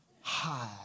high